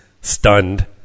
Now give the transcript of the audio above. stunned